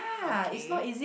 okay